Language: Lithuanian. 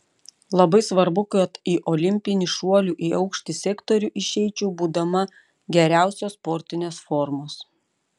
labai svarbu kad į olimpinį šuolių į aukštį sektorių išeičiau būdama geriausios sportinės formos